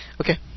Okay